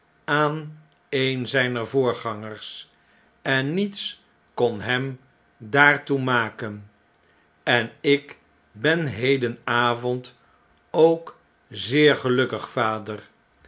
aan een zjjner voorgangers en niets kon hem daartoe maken en lk ben hedenavond ook zeer gelukkig vader